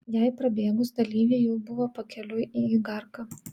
jai prabėgus dalyviai jau buvo pakeliui į igarką